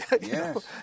yes